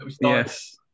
Yes